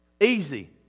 Easy